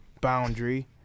boundary